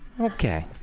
Okay